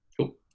Cool